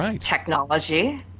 technology